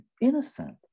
innocent